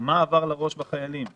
מה עבר לחיילים בראש,